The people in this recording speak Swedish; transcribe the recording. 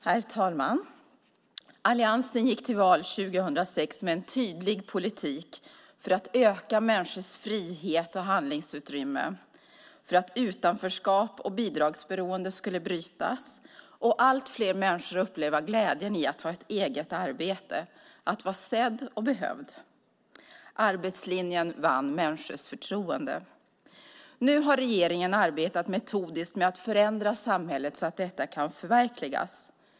Herr talman! Alliansen gick till val 2006 med en tydlig politik för att öka människors frihet och handlingsutrymme, för att utanförskap och bidragsberoende skulle brytas och allt fler människor ska få uppleva glädjen i att ha ett eget arbete, att vara sedda och behövda. Arbetslinjen vann människors förtroende. Nu har regeringen arbetat metodiskt med att förändra samhället så att detta kan förverkligas.